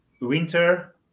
winter